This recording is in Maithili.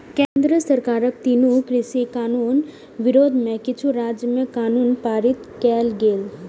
केंद्र सरकारक तीनू कृषि कानून विरोध मे किछु राज्य मे कानून पारित कैल गेलै